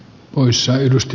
poissa edusti